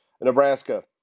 Nebraska